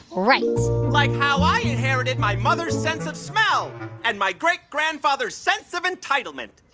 right like how i inherited my mother's sense of smell and my great-grandfather's sense of entitlement